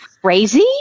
crazy